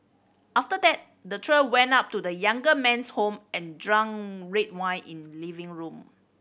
after that the trio went up to the younger man's home and drank red wine in living room